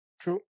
True